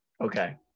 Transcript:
okay